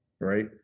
right